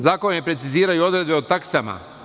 Zakon je precizirao i odredbe o taksama.